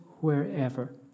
wherever